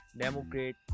Democrat